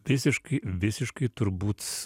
visiškai visiškai turbūt